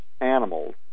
Animals